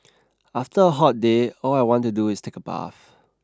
after a hot day all I want to do is take a bath